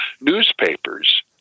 newspapers